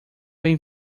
bem